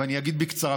ואני אגיד בקצרה.